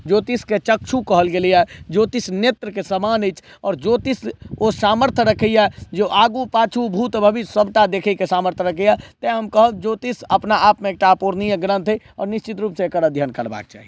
ज्योतिषकेँ चक्षु कहल गेलैया ज्योतिष नेत्रकेँ समान अहि आओर ज्योतिष ओ सामर्थ्य रखैया जे आगू पाछू भूत भविष्य सभटा देखैकेँ सामर्थ्य रखैया तैं हम कहब ज्योतिष अपना आपमे एकटा पूर्णीय ग्रन्थ अहि आओर निश्चित रूपसे एकर अध्ययन करबाकेँ चाही